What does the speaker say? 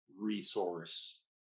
resource